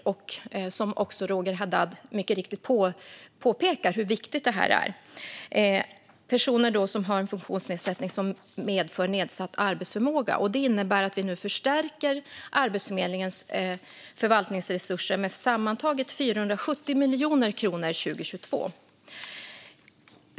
Roger Haddad påpekar mycket riktigt hur viktigt det är. Det handlar om personer som har en funktionsnedsättning som medför nedsatt arbetsförmåga. Det innebär att vi nu förstärker Arbetsförmedlingens förvaltningsresurser med sammantaget 470 miljoner kronor år 2022.